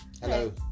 Hello